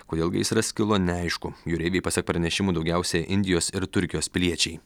kodėl gaisras kilo neaišku jūreiviai pasak pranešimų daugiausia indijos ir turkijos piliečiai